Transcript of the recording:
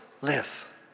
live